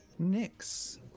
Nyx